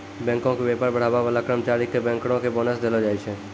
बैंको के व्यापार बढ़ाबै बाला कर्मचारी के बैंकरो के बोनस देलो जाय छै